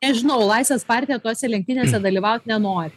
nežinau laisvės partija tose lenktynėse dalyvaut nenori